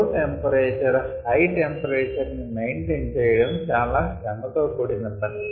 లో temperature high temperature ని maintain చెయ్యడం చాలా శ్రమతో కూడిన పని